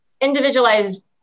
individualized